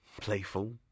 Playful